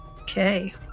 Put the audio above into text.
Okay